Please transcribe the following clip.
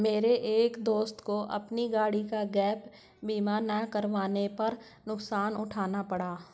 मेरे एक दोस्त को अपनी गाड़ी का गैप बीमा ना करवाने पर नुकसान उठाना पड़ा